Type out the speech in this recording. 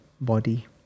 body